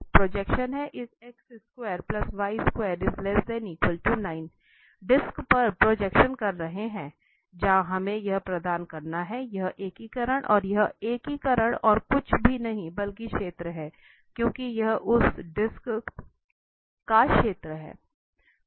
तो यह प्रोजेक्शन है इस डिस्क पर प्रोजेक्शन कर रहे हैं जहां हमें यह प्रदर्शन करना है यह एकीकरण और यह एकीकरण और कुछ भी नहीं बल्कि क्षेत्र है क्योंकि यह उस डिस्क का क्षेत्र है